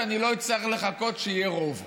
שאני לא אצטרך לחכות שיהיה רוב.